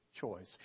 choice